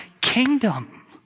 kingdom